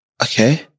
Okay